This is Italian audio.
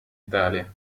italia